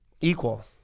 equal